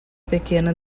pequena